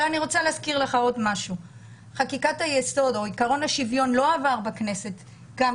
אני רוצה להזכיר לך שעקרון השוויון לא עבר בכנסת בשנת 1992,